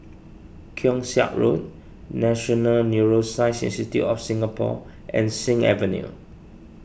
Keong Saik Road National Neuroscience Institute of Singapore and Sing Avenue